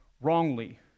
wrongly